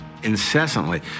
incessantly